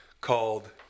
called